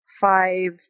five